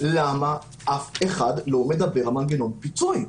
למה אף אחד לא מדבר על מנגנון פיצוי?